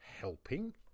helping